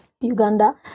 uganda